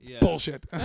bullshit